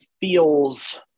feels